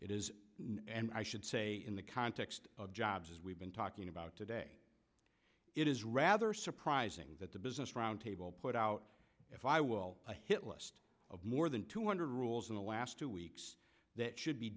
it is and i should say in the context of jobs as we've been talking about today it is rather surprising that the business roundtable put out if i will a hit list of more than two hundred rules in the last two weeks that should be